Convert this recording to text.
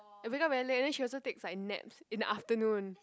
and wake up very late and then she also takes like naps in the afternoon